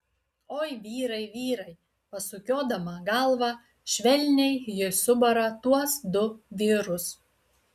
oi vyrai vyrai pasukiodama galvą švelniai ji subara tuos du vyrus